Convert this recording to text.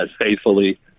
faithfully